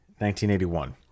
1981